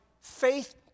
faith